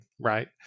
right